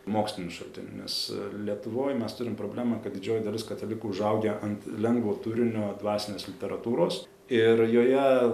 mokslinių šaltinių nes lietuvoj mes turim problemą kad didžioji dalis katalikų užaugę ant lengvo turinio dvasinės literatūros ir joje